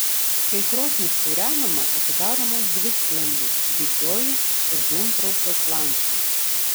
kai krosnis kūrenama atidaromos dvi sklendės didžioji ir dūmtraukio flanšo